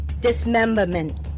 dismemberment